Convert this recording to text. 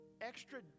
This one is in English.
extra